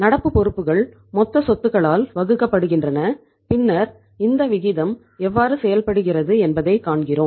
நடப்பு பொறுப்புகள் மொத்த சொத்துக்களால் வகுக்கப்படுகின்றன பின்னர் இந்த விகிதம் எவ்வாறு செயல்படுகிறது என்பதைக் காண்கிறோம்